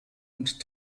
und